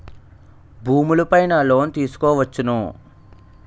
భూములు పైన లోన్ తీసుకోవచ్చును